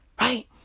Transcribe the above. Right